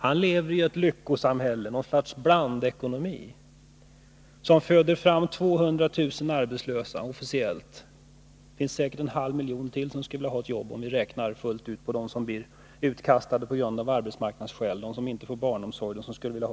Han lever i ett lyckosamhälle, något slags blandekonomi. Det är ett samhälle som föder fram 200 000 arbetslösa — officiellt; det finns säkert en halv miljon till som skulle vilja ha ett jobb — jag tänker på dem som är utkastade av arbetsmarknadsskäl, dem som inte får barnomsorg, osv.